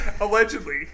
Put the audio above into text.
Allegedly